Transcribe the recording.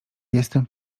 jestem